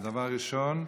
ודבר ראשון,